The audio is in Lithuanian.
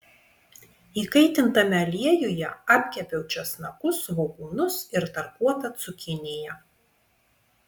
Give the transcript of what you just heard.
įkaitintame aliejuje apkepiau česnakus svogūnus ir tarkuotą cukiniją